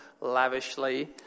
lavishly